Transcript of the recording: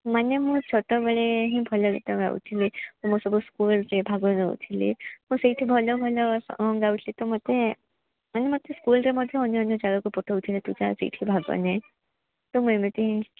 ମାନେ ମୁଁ ଛୋଟବେଳେ ହିଁ ଭଲ ଗୀତ ଗାଉଥିଲି ମୁଁ ସବୁ ସ୍କୁଲ୍ରେ ଭାଗ ନଉଥିଲି ମୁଁ ସେଇଠି ଭଲ ଭଲ ସଙ୍ଗ୍ ଗାଉଥିଲି ତ ମତେ ମାନେ ମୋତେ ସ୍କୁଲ୍ରେ ମଧ୍ୟ ଅନ୍ୟ ଅନ୍ୟ ଜାଗାକୁ ପଠାଉଥିଲେ ତୁ ଯା ସେଇଠି ଭାଗନେ ତ ମୁଁ ଏମିତି